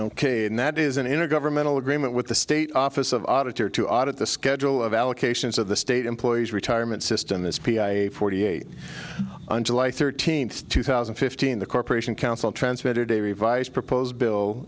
ok and that is an intergovernmental agreement with the state office of auditor to audit the schedule of allocations of the state employees retirement system this p i forty eight on july thirteenth two thousand and fifteen the corporation counsel transmitted a revised proposed bill